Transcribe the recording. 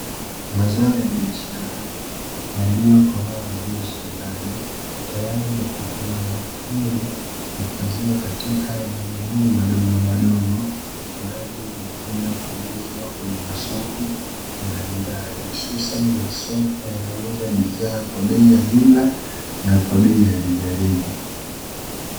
Mazao ya biashara yaliyokomaa vizuri shambani tayari kwa kuvunwa, ili kuhifadhiwa katika magunia madogomadogo kwa ajili ya kwenda kuuzwa kwenye masoko mbalimbali, hususani masoko yanayouza bidhaa kwa bei ya jumla na kwa bei ya rejareja.